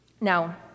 Now